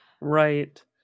Right